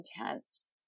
intense